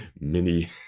mini